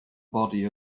body